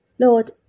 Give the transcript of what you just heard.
Lord